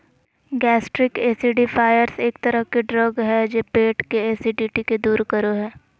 gastric acidifiers एक तरह के ड्रग हय जे पेट के एसिडिटी के दूर करो हय